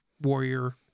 warrior